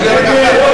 לשנת הכספים 2011,